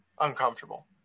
uncomfortable